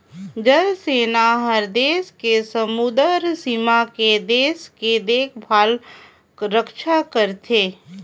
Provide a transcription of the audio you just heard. जल सेना हर देस के समुदरर सीमा ले देश के देखभाल रक्छा करथे